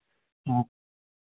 हाँ